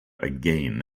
again